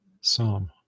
Psalm